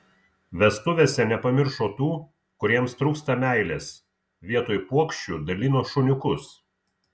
vestuvėse nepamiršo tų kuriems trūksta meilės vietoj puokščių dalino šuniukus